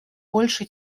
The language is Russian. больше